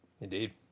Indeed